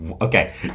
okay